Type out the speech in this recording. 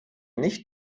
nicht